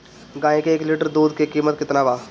गाय के एक लिटर दूध के कीमत केतना बा?